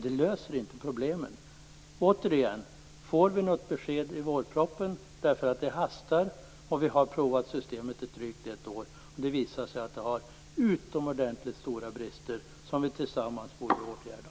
Det löser inte problemen. Återigen frågar jag: Får vi något besked i vårpropositionen? Det hastar. Vi har provat systemet i drygt ett år, och det visar sig att det har utomordentligt stora brister, som vi tillsammans borde åtgärda.